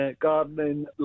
gardening